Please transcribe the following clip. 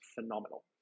phenomenal